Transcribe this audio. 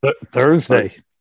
Thursday